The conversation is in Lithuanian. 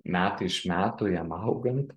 metai iš metų jam augant